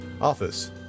Office